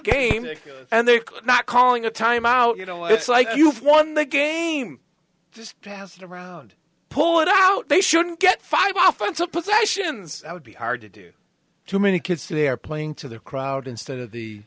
game and they're not calling a timeout you know it's like you've won the game just pass it around pull it out they shouldn't get five often so possessions would be hard to do too many kids they're playing to the crowd instead of